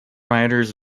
riders